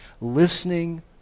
listening